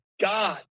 God